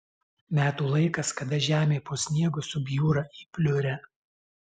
metų laikas kada žemė po sniegu subjūra į pliurę